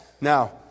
Now